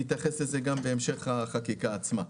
נתייחס לזה גם בהמשך החקיקה עצמה.